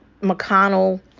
McConnell